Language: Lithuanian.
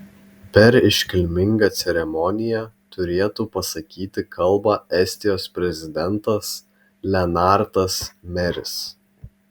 per iškilmingą ceremoniją turėtų pasakyti kalbą estijos prezidentas lenartas meris